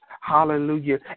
hallelujah